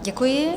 Děkuji.